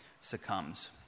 succumbs